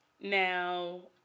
Now